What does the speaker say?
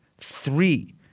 three